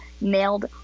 nailed